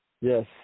Yes